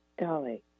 Dolly